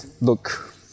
look